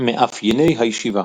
מאפייני הישיבה